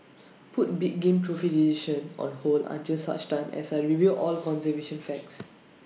put big game trophy decision on hold until such time as I review all conservation facts